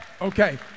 okay